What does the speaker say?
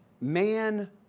Man